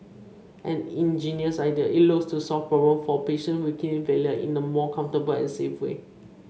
an ingenious idea it looks to solve problem for patients with kidney failure in a more comfortable and safe way